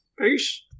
Peace